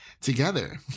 Together